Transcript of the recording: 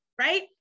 right